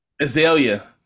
Azalea